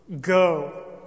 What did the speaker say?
Go